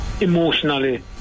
emotionally